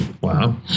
Wow